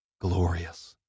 Glorious